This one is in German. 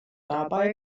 dabei